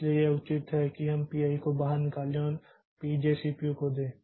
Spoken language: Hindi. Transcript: इसलिए यह उचित है कि हम P i को बाहर निकालें और P j CPU को दें